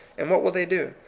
and what will they do?